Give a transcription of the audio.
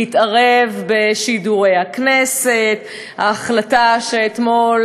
להתערב בשידורי הכנסת, ההחלטה שאתמול,